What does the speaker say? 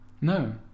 No